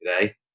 today